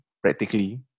practically